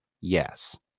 yes